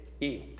eat